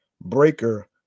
Breaker